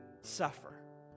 suffer